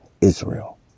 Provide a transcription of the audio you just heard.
Israel